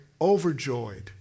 overjoyed